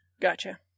Gotcha